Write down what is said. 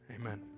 Amen